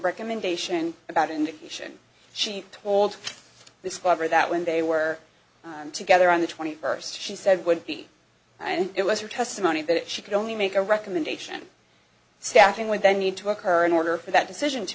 recommendation about an indication she told this father that when they were together on the twenty first she said would be and it was her testimony that she could only make a recommendation staffing would then need to occur in order for that decision to